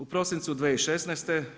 U prosincu 2016.